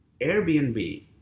airbnb